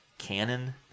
canon